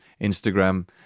instagram